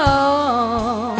oh